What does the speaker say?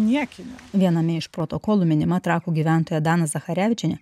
niekiniu viename iš protokolų minima trakų gyventoja dana zacharevičienė